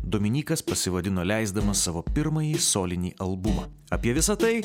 dominykas pasivadino leisdamas savo pirmąjį solinį albumą apie visa tai